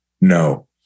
no